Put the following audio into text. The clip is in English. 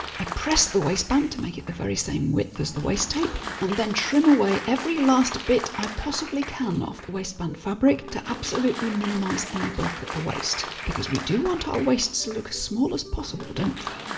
i press the waistband to make it the very same width as the waste tape, and then trim away every last bit. i possibly can off the waistband fabric to absolutely minimise any bulk at the waist. because we do want our waists to look small as possible, don't we?